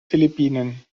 philippinen